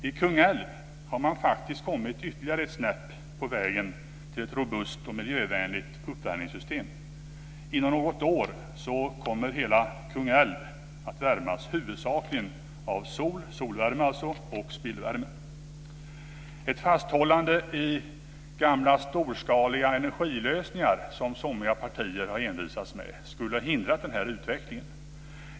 I Kungälv har man faktiskt kommit ytterligare ett snäpp på väg mot ett robust och miljövänligt uppvärmningssystem. Inom något år kommer hela Kungälv att värmas huvudsakligen av solvärme och spillvärme. Ett fasthållande vid gamla storskaliga energilösningar, som somliga partier har envisats med, skulle ha hindrat den här utvecklingen.